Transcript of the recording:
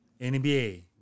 NBA